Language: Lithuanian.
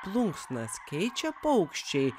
plunksnas keičia paukščiai